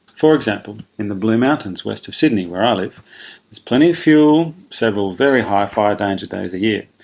for example, in the blue mountains west of sydney where i live there is plenty of fuel, several very high fire danger days a year,